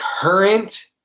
current